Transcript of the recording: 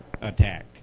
attacked